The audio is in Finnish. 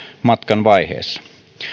matkan vaiheessa